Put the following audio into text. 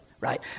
Right